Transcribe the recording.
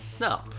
No